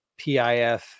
pif